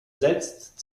selbst